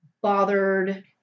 bothered